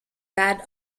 bad